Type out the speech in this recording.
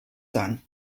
son